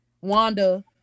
Wanda